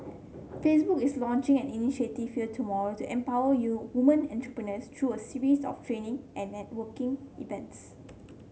Facebook is launching an initiative here tomorrow to empower women entrepreneurs through a series of training and networking events